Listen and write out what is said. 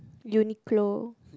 Uniqlo